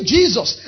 Jesus